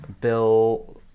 Bill